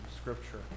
Scripture